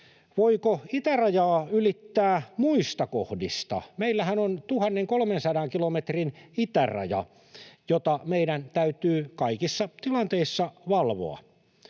voiko itärajaa ylittää muista kohdista. Meillähän on 1 300 kilometrin itäraja, jota meidän täytyy kaikissa tilanteissa valvoa.